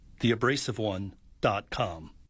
TheAbrasiveOne.com